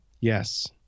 yes